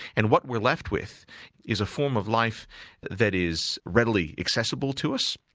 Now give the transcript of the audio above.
and what we're left with is a form of life that is readily accessible to us,